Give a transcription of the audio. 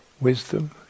Wisdom